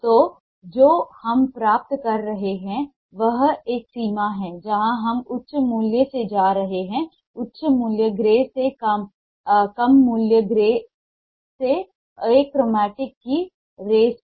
तो जो हम प्राप्त कर रहे हैं वह एक सीमा है जहां हम उच्च मूल्य से जा रहे हैं उच्च मूल्य ग्रे से कम मूल्य ग्रे से अक्रोमेटिक ग्रे की रेंज में